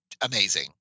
Amazing